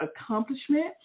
accomplishment